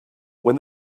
when